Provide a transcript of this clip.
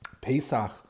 Pesach